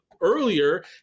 earlier